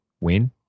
win